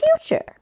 future